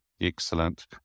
Excellent